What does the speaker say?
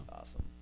awesome